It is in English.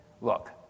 look